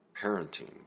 parenting